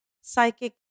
psychic